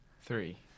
three